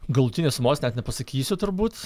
galutinės sumos net nepasakysiu turbūt